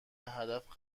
هدف